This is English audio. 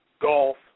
golf